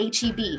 HEB